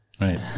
Right